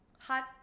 hot